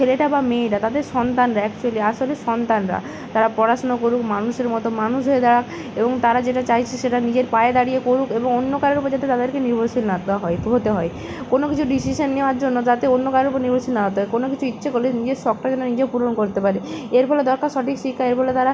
ছেলেটা বা মেয়েটা তাদের সন্তানরা অ্যাকচুয়ালি আসলে সন্তানরা তারা পড়াশোনা করুক মানুষের মতো মানুষ হয়ে দাঁড়াক এবং তারা যেটা চাইছে সেটা নিজের পায়ে দাঁড়িয়ে করুক এবং অন্য কারোর ওপর যাতে তাদেরকে নির্ভরশীল নাতো হয় হতে হয় কোনো কিছুর ডিসিশান নেওয়ার জন্য যাতে অন্য কারোর ওপর নির্ভরশীল না হতে হয় কোনো কিছু ইচ্ছে করলে নিজের শখটা যেন নিজে পূরণ করতে পারে এর ফলে দরকার সঠিক শিক্ষা এর ফলে তারা